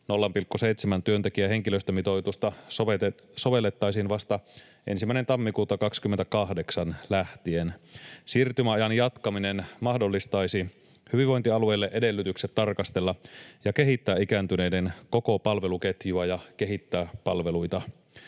0,7 työntekijän henkilöstömitoitusta sovellettaisiin vasta 1. tammikuuta 2028 lähtien. Siirtymäajan jatkaminen mahdollistaisi hyvinvointialueille edellytykset tarkastella ja kehittää ikääntyneiden koko palveluketjua ja kehittää palveluita.